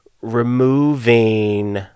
removing